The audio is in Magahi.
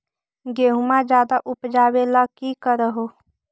गेहुमा ज्यादा उपजाबे ला की कर हो?